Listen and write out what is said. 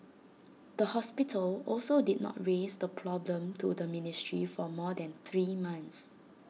the hospital also did not raise the problem to the ministry for more than three months